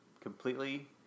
completely